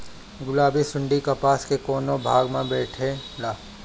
गुलाबी सुंडी कपास के कौने भाग में बैठे ला?